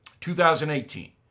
2018